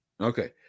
okay